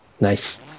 nice